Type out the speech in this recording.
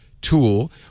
tool